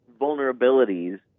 vulnerabilities